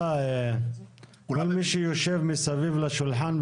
כל מי שיושב מסביב לשולחן,